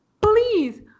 please